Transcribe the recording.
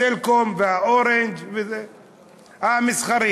"סלקום" ו"אורנג'", מסחרי.